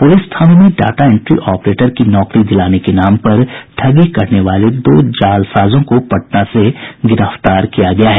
police थानों में data entry operator की नौकरी दिलाने के नाम पर ठगी करने वाले दो जालसाजों को पटना से गिरफ्तार किया गया है